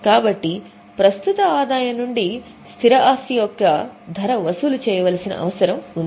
కాబట్టి ప్రస్తుత ఆదాయం నుండి స్థిర ఆస్తి యొక్క ధర వసూలు చేయవలసిన అవసరం ఉంది